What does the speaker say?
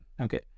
okay